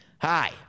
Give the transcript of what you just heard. Hi